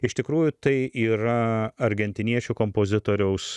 iš tikrųjų tai yra argentiniečių kompozitoriaus